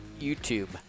YouTube